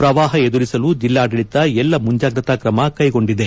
ಪ್ರವಾಪ ಎದುರಿಸಲು ಜಿಲ್ಲಾಡಳಿತ ಎಲ್ಲಾ ಮುಂಜಾಗ್ರತಾ ಕ್ರಮ ಕೈಗೊಂಡಿದೆ